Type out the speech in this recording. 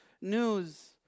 news